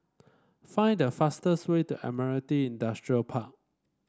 find the fastest way to Admiralty Industrial Park